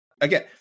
again